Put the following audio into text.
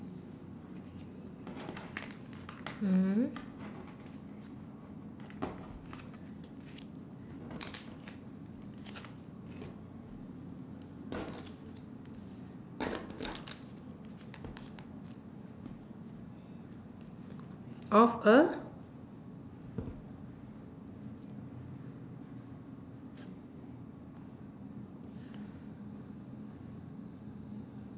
of a